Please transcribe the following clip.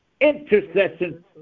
intercession